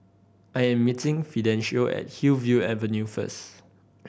I am meeting Fidencio at Hillview Avenue first